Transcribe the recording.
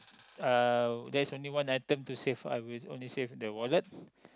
uh there is only one item to save I will only save the wallet